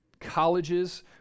colleges